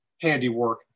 handiwork